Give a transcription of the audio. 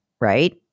right